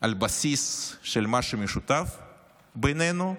על בסיס של משהו משותף בינינו,